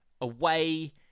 away